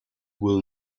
will